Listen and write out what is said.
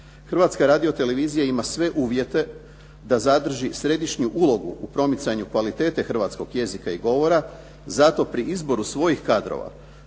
Hrvatska radiotelevizija ima sve uvjete da zadrži središnju ulogu u promicanju kvalitete hrvatskog jezika i govora. Zato pri izboru svojih kadrova,